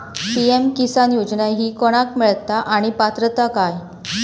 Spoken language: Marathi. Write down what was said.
पी.एम किसान योजना ही कोणाक मिळता आणि पात्रता काय?